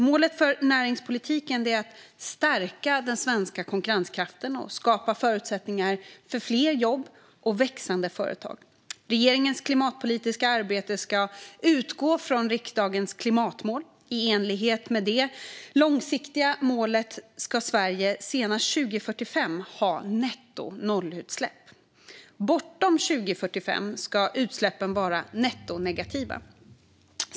Målet för näringspolitiken är att stärka den svenska konkurrenskraften och skapa förutsättningar för fler jobb och växande företag. Regeringens klimatpolitiska arbete ska utgå från riksdagens klimatmål. I enlighet med det långsiktiga målet ska Sverige senast 2045 ha nettonollutsläpp. Bortom 2045 ska utsläppen vara nettonegativa.